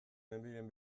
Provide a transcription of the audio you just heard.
nenbilen